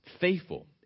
faithful